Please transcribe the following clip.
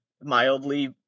mildly